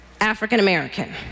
African-American